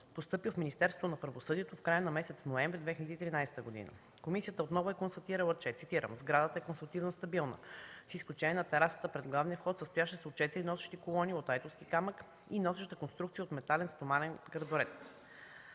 постъпил в Министерството на правосъдието в края на месец ноември 2013 г. Комисията отново е констатирала, че – цитирам: „Сградата е конструктивно стабилна с изключение на терасата пред главния вход, състояща се от четири носещи колони от айтоски камък и носеща конструкция от метален стоманен гредоред.